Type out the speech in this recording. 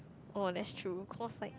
oh that's true cause like